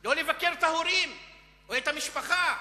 לא לבקר את ההורים או את המשפחה.